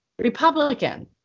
Republican